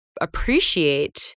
appreciate